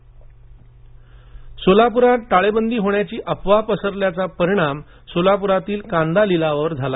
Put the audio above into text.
सोलापर कांदा सोलाप्रात टाळेबंदी होण्याची अफवा पसरल्याचा परिणाम सोलाप्रातील कांदा लिलावावर झाला